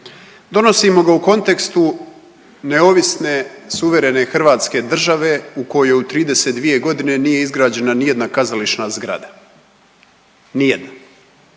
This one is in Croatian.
Donosimo ga u kontekstu neovisne, suverene hrvatske države u kojoj u 32 godine nije izgrađena nijedna kazališna zgrada, nijedna.